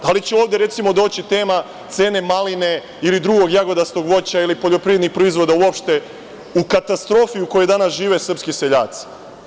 Da li će ovde, recimo, doći tema cene maline ili drugog jagodastog voća ili poljoprivrednih proizvoda uopšte u katastrofi i u kojoj danas žive srpski seljaci?